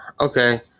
Okay